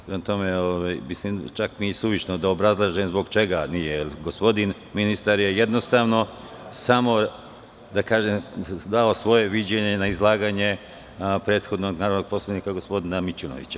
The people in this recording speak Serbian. Prema tome, čak je suvišno da obrazlažem zbog čega nije, jer gospodin ministar je jednostavno samo, da kažem, dao svoje viđenje na izlaganje prethodnog narodnog poslanika, gospodina Mićunovića.